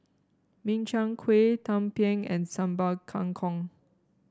Min Chiang Kueh Tumpeng and Sambal Kangkong